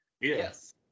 Yes